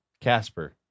Casper